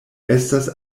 estas